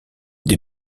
des